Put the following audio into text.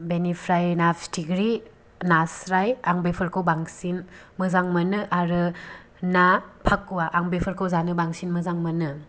बेनिफ्राय ना फिथिख्रि नास्राय आं बेफोरखौ बांसिन मोजां मोनो आरो ना फाकुवा आं बेफोरखौ जानो बांसिन मोजां मोनो